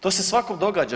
To se svakom događa.